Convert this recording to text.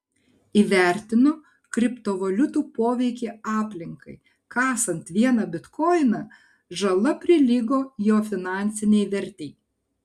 įvertino kriptovaliutų poveikį aplinkai kasant vieną bitkoiną žala prilygo jo finansinei vertei